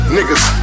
Niggas